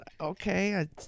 okay